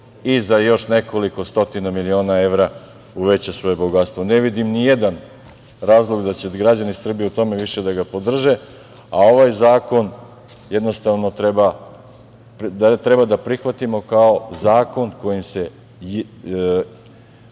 i za još nekoliko stotina milione evra uveća svoje bogatstvo. Ne vidim ni jedan razlog da će građani Srbije u tome više da ga podrže. Ovaj zakon jednostavno treba da prihvatimo kao zakon kojim se